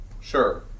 Sure